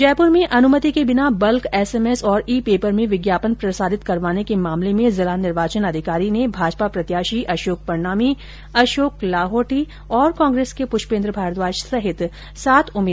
जयपुर में अनुमति के बिना बल्क एसएमएस और ई पैपर में विज्ञापन प्रसारित करवाने के मामले में जिला निर्वाचन अधिकारी ने भाजपा प्रत्याशी अशोक परनामी अशोक लाहोटी और कांग्रेस के पुष्पेन्द्र भारद्वाज सहित सात उम्मीदवारों को नोटिस जारी किये है